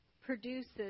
produces